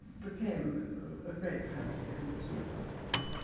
became a great friend again, there's no doubt about that.